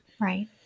Right